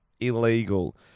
illegal